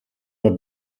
mir